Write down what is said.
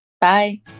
Bye